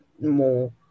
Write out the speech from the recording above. more